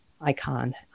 icon